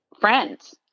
friends